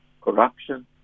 corruption